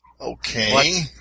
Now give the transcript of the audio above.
Okay